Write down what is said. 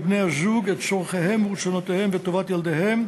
בני-הזוג את צורכיהם ורצונותיהם ואת טובת ילדיהם,